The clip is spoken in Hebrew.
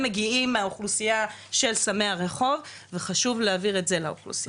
מגיעים מהאוכלוסייה של סמי הרחוב וחשוב להעביר את זה לאוכלוסייה.